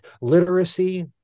literacy